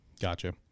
Gotcha